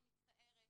אני מצטערת,